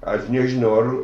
aš nežinau ar